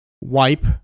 wipe